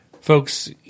Folks